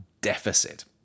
deficit